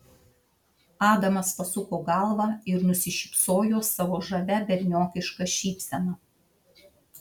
adamas pasuko galvą ir nusišypsojo savo žavia berniokiška šypsena